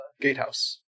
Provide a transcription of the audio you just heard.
gatehouse